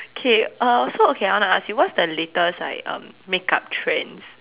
K uh so okay I want to ask you what's the latest like um makeup trends